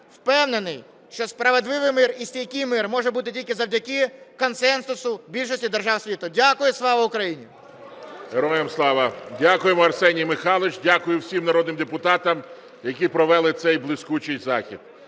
впевнений, що справедливий мир і стійкий мир може бути тільки завдяки консенсусу більшості держав світу. Дякую. Слава Україні! ГОЛОВУЮЧИЙ. Героям слава! Дякуємо, Арсеній Михайлович. Дякую всім народним депутатам, які провели цей блискучий захід.